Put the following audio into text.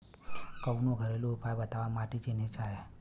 कवनो घरेलू उपाय बताया माटी चिन्हे के?